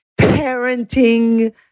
parenting